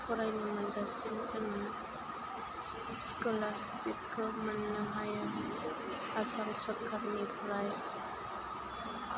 फरायनो मोनजासिम जोङो श्क'लारशिपखौ मोननो हायो आसाम सोरखारनिफ्राय